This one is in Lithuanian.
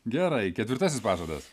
gerai ketvirtasis pažadas